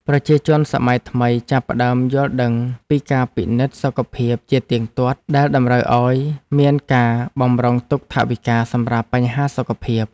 ប្រជាជនសម័យថ្មីចាប់ផ្ដើមយល់ដឹងពីការពិនិត្យសុខភាពជាទៀងទាត់ដែលតម្រូវឱ្យមានការបម្រុងទុកថវិកាសម្រាប់បញ្ហាសុខភាព។